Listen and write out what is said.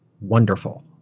wonderful